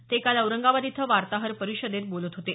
ते काल औरंगाबाद इथं वार्ताहर परिषदेत बोलत होते